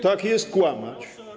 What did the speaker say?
Tak jest, kłamać.